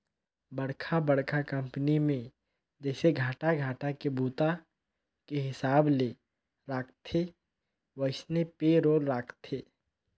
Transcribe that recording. बड़खा बड़खा कंपनी मे जइसे घंटा घंटा के बूता के हिसाब ले राखथे वइसने पे रोल राखथे